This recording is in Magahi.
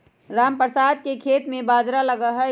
रामप्रसाद के खेत में बाजरा लगल हई